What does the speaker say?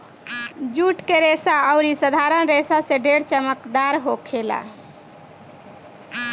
जुट के रेसा अउरी साधारण रेसा से ढेर चमकदार होखेला